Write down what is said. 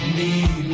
need